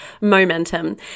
Momentum